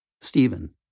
Stephen